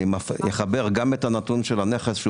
אני אחבר גם את הנתון של הנכס שנמצא